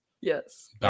Yes